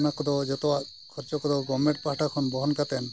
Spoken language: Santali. ᱚᱱᱟ ᱠᱚᱫᱚ ᱡᱚᱛᱚᱣᱟᱜ ᱠᱷᱚᱨᱪᱟ ᱠᱚᱫᱚ ᱯᱟᱦᱴᱟ ᱠᱷᱚᱱ ᱵᱚᱦᱚᱱ ᱠᱟᱛᱮᱫ